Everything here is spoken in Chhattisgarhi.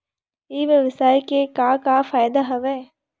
ई व्यवसाय के का का फ़ायदा हवय?